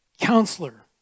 Counselor